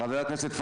ההבדל הוא